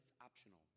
optional